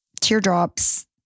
teardrops